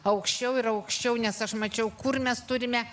aukščiau ir aukščiau nes aš mačiau kur mes turime